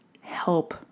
help